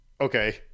okay